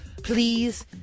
Please